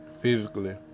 physically